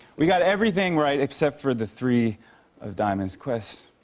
we got everything right except for the three of diamonds. quest.